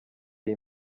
iyi